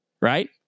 right